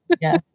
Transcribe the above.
Yes